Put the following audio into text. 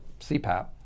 CPAP